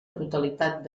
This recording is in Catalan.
totalitat